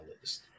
list